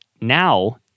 now